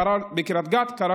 זה קרה בקריית גת, קרה